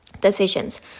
decisions